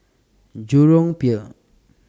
Jurong Pier